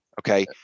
okay